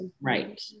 right